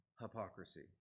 hypocrisy